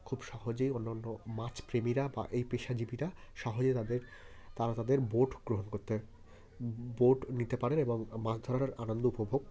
খুব সহজেই অন্য অন্য মাছ প্রেমীরা বা এই পেশাজীবিরা সহজেই তাদের তারা তাদের বোট গ্রহণ করতে বোট নিতে পারেন এবং মাছ ধরার আনন্দ উপভোগ করতে পারেন